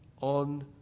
on